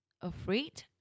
afraid